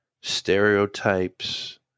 stereotypes